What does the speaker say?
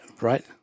right